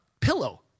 pillow